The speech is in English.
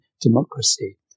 democracy